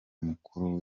mukuru